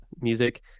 music